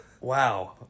Wow